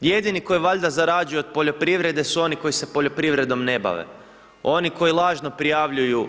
Jedini koji valjda zarađuje od poljoprivrede su oni koji se poljoprivredom ne bave, oni koji lažno prijavljuju